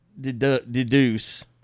deduce